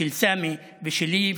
של סמי ושלי,